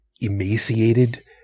emaciated